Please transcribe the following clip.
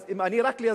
אם אני רק לי,